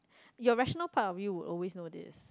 your rational part of you would always know this